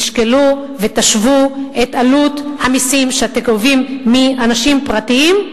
תשקלו ותשוו את עלות המסים שאתם גובים מאנשים פרטיים,